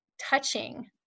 touching